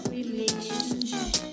Relationship